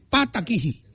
Patakihi